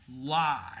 lie